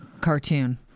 cartoon